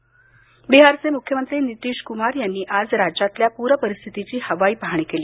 बिहार पर बिहारचे मुख्यमंत्री नितीश कुमार यांनी आज राज्यातल्या पूर परिस्थितीची हवाई पाहणी केली